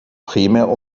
primär